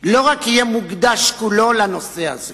לא רק יהיה מוקדש כולו לנושא הזה